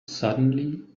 suddenly